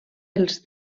els